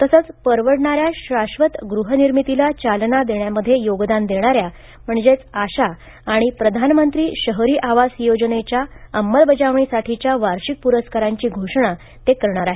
तसंच परवडणाऱ्या शाश्वत गृह निर्मितीला चालना देणामध्ये योगदान देणाऱ्या म्हणजेच आशा आणि प्रधानमंत्री शहरी आवास योजनेच्या अंमलबजावणीसाठीच्या वार्षिक प्रस्कारांची घोषणा ते करणार आहेत